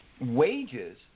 Wages